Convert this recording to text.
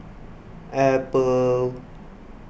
Apple